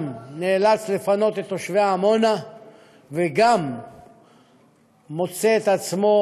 גם נאלץ לפנות את תושבי עמונה וגם מוצא את עצמו